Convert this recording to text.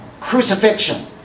crucifixion